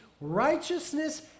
righteousness